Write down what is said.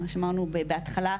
שמענו בהתחלה,